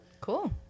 Cool